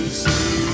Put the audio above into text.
see